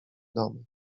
domy